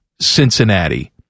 Cincinnati